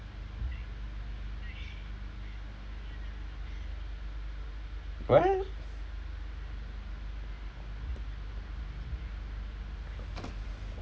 what